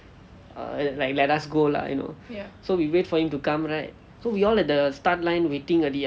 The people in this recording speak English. err like let us go lah you know so we wait for him to come right so we all at the start line waiting already ah